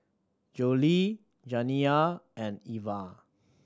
Jolie Janiya and Eva